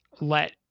let